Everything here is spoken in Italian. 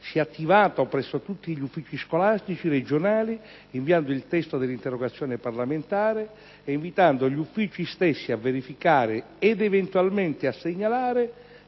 si è attivato presso tutti gli uffici scolastici regionali inviando il testo dell'interrogazione parlamentare e invitando gli uffici stessi a verificare ed eventualmente a segnalare